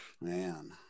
Man